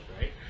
right